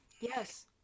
Yes